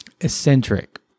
eccentric